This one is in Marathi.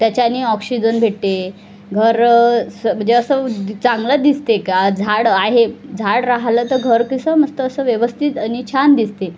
त्याच्याने ऑक्सिजन भेटते घर अस म्हणजे असं चांगलं दिसते का झाड आहे झाड राहिलं तर घर कसं मस्त असं व्यवस्थित आणि छान दिसते